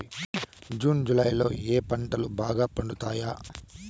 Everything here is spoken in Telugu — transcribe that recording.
జూన్ జులై లో ఏ పంటలు బాగా పండుతాయా?